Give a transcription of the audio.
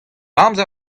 amzer